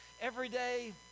everyday